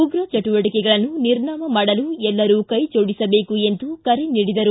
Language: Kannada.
ಉಗ್ರ ಚಟುವಟಿಕೆಗಳನ್ನು ನಿರ್ನಾಮ ಮಾಡಲು ಎಲ್ಲರೂ ಕೈ ಜೋಡಿಸಬೇಕು ಎಂದು ಕರೆ ನೀಡಿದರು